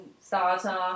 starter